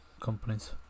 companies